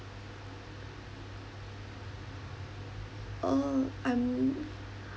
uh I'm